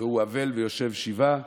והוא אבל ויושב שבעה,